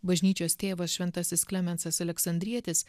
bažnyčios tėvas šventasis klemensas aleksandrietis